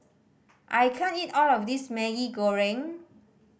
I can't eat all of this Maggi Goreng